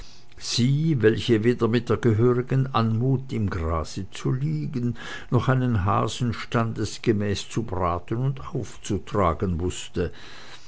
sie welche weder mit der gehörigen anmut im grase zu liegen noch einen hasen standesgemäß zu braten und aufzutragen wußte